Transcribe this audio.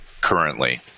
currently